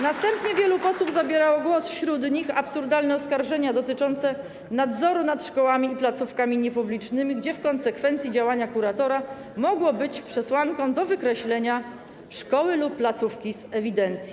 Następnie wielu posłów zabierało głos i wśród tych głosów pojawiły się absurdalne oskarżenia dotyczące nadzoru nad szkołami i placówkami niepublicznymi, gdzie w konsekwencji działanie kuratora mogło być przesłanką wykreślenia szkoły lub placówki z ewidencji.